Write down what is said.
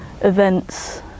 events